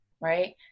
right